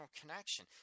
connection